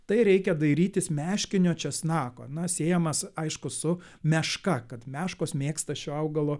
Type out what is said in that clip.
tai reikia dairytis meškinio česnako na siejamas aišku su meška kad meškos mėgsta šio augalo